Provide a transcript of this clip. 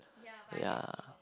ya